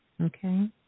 Okay